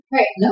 Right